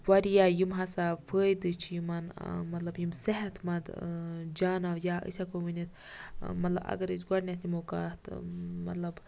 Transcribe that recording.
وارِیاہ یِم ہَسا فٲید چھ یِمَن مَطلَب یِم صِحت مَنٛد جانا یا أسۍ ہیٚکو ؤنِتھ مَطلَب اَگَر أسۍ گۄڈٕنیٚتھ نِمو کَتھ مَطلَب